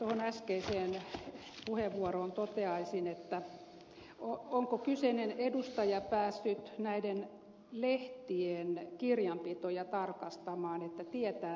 tuohon äskeiseen puheenvuoroon toteaisin että onko kyseinen edustaja päässyt näiden lehtien kirjanpitoja tarkastamaan että tietää mistä puhuu